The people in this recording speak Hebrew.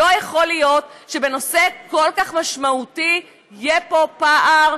לא יכול להיות שבנושא כל כך משמעותי יהיה פה פער,